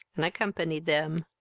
and accompany them.